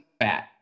fat